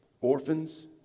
Orphans